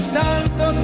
tanto